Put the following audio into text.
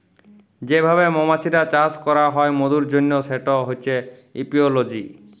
যে ভাবে মমাছির চাষ ক্যরা হ্যয় মধুর জনহ সেটা হচ্যে এপিওলজি